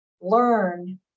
learn